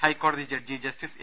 ഹൈക്കോടതി judge justice A